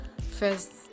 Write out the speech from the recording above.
First